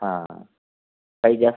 हा काही जास्त